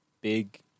big